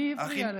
מי הפריע לך?